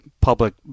public